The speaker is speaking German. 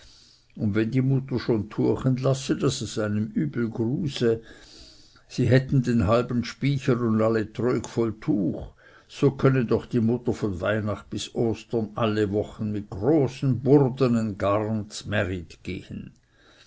und wenn die mutter schon tuchen lasse daß es einem übel gruse sie hätte den halben spycher und alle trög voll tuch so könne doch die mutter von weihnacht bis ostern alle wochen mit großen burdenen garn zmärit gehen